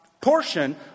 portion